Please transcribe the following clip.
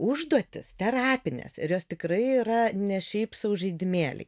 užduotys terapinės ir jos tikrai yra ne šiaip sau žaidimėliai